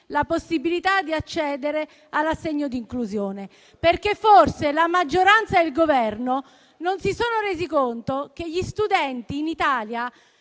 la possibilità di accedere all'assegno di inclusione. Forse, infatti, la maggioranza e il Governo non si sono resi conto che gli studenti in Italia